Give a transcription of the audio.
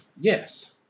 Yes